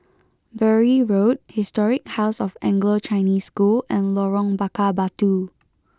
Bury Road Historic House of Anglo Chinese School and Lorong Bakar Batu